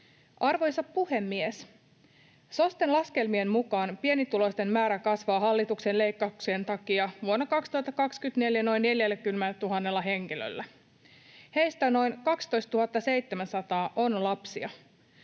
Arvoisa puhemies! SOSTEn laskelmien mukaan pienituloisten määrä kasvaa hallituksen leikkauksien takia vuonna 2024 noin 40 000 henkilöllä. Heistä noin 12 700 on lapsia.